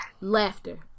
laughter